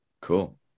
Cool